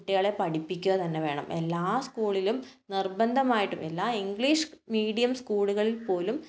കുട്ടികളെ പഠിപ്പിക്കുക തന്നെ വേണം എല്ലാ സ്കൂളിലും നിർബന്ധമായിട്ടും എല്ലാ ഇംഗ്ലീഷ് മീഡിയം സ്കൂളുകളിൽ പോലും